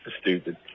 stupid